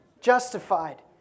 justified